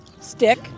Stick